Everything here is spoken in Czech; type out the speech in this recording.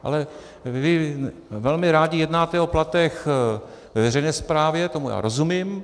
Ale vy velmi rádi jednáte o platech ve veřejné správě, tomu já rozumím.